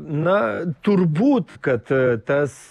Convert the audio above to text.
na turbūt kad tas